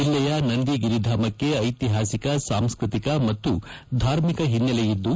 ಜಿಲ್ಲೆಯ ನಂದಿಗಿರಿಧಾಮಕ್ಕೆ ಐತಿಪಾಸಿಕ ಸಾಂಸ್ಟ್ರತಿಕ ಮತ್ತು ಧಾರ್ಮಿಕ ಹಿನ್ನೆಲೆಯಿದ್ದು